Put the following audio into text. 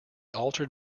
altered